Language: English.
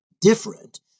different